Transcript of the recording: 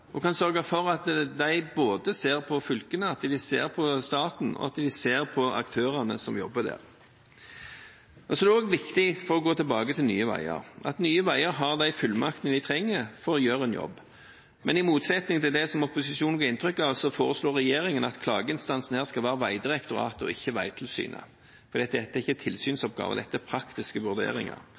kan sørge for at de ser både på fylkene, at de ser på staten, og at de ser på aktørene som jobber der. For å gå tilbake til Nye Veier: Det er også viktig at Nye Veier har de fullmaktene de trenger for å gjøre en jobb. Men i motsetning til det som opposisjonen gir inntrykk av, foreslår regjeringen at klageinstansen her skal være Vegdirektoratet og ikke Vegtilsynet, for dette er ikke tilsynsoppgaver, men praktiske vurderinger.